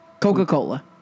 Coca-Cola